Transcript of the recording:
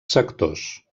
sectors